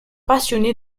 passionné